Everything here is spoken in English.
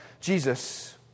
Jesus